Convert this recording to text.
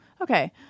Okay